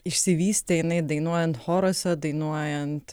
išsivystė jinai dainuojant choruose dainuojant